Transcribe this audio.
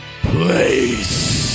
place